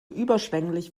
überschwänglich